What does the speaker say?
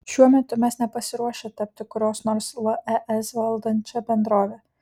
šiuo metu mes nepasiruošę tapti kurios nors lez valdančia bendrove